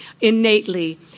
innately